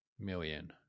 million